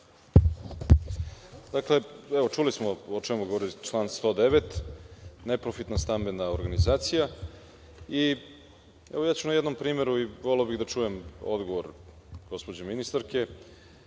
Dakle, evo čuli smo o čemu govori član 109. – neprofitna stambena organizacija. Evo, ja ću na jednom primeru, i voleo bih da čujem odgovor gospođe ministarke,